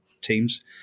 teams